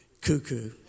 cuckoo